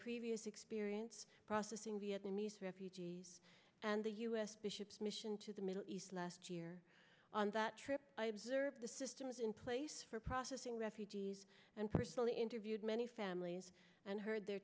previous experience processing vietnamese refugees and the u s bishops mission to the middle east last year on that trip i observed the systems in place for processing refugees and personally interviewed many families and heard their